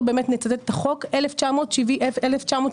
1978